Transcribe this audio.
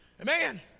Amen